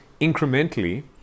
incrementally